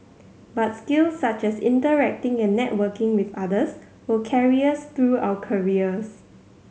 but skills such as interacting and networking with others will carry us through our careers